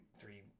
three